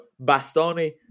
Bastoni